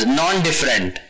non-different